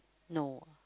no